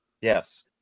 Yes